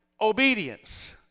obedience